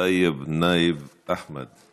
טייב, נאאב אחמד.